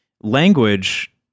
language